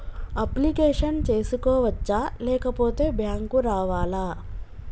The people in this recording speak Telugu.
అప్లికేషన్ చేసుకోవచ్చా లేకపోతే బ్యాంకు రావాలా?